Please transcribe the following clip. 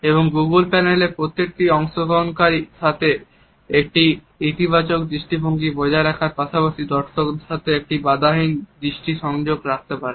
এবং গুগোল প্যানেলের প্রতিটি অংশগ্রহণকারী সাথে একটি ইতিবাচক দৃষ্টিভঙ্গি বজায় রাখার পাশাপাশি দর্শকদের সাথে একটি বাধাহীন দৃষ্টি সংযোগ রাখতে পারেন